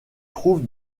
trouve